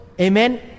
Amen